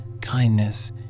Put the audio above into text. kindness